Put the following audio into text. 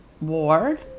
Ward